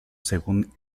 según